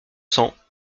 cents